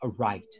aright